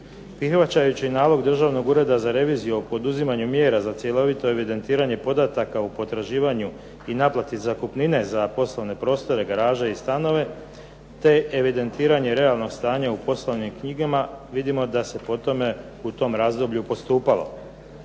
Prihvaćajući nalog državnog ureda za reviziju za cjelovito evidentiranje podataka u potraživanju i naplati zakupnine za poslovne prostore, garaža i stanove, te evidentiranje realnog stanja u poslovnim knjigama, vidimo da se po tome u tom razdoblju postupalo.